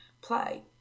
play